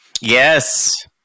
Yes